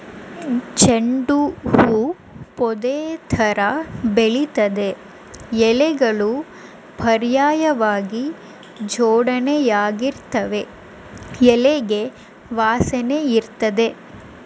ಚೆಂಡು ಹೂ ಪೊದೆತರ ಬೆಳಿತದೆ ಎಲೆಗಳು ಪರ್ಯಾಯ್ವಾಗಿ ಜೋಡಣೆಯಾಗಿರ್ತವೆ ಎಲೆಗೆ ವಾಸನೆಯಿರ್ತದೆ